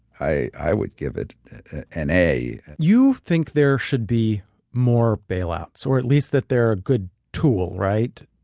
i i would give it an a. you think there should be more bailouts, or at least that they're a good tool, right?